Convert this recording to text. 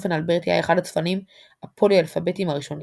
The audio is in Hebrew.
צופן אלברטי היה אחד הצפנים הפוליאלפביתיים הראשונים,